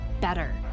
better